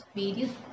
various